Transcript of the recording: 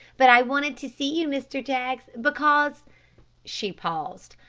but i wanted to see you, mr. jaggs, because she paused.